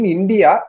India